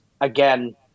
again